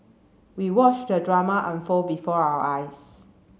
we watched the drama unfold before our eyes